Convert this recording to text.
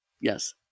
Yes